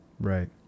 Right